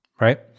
right